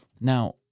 Now